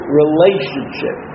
relationship